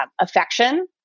affection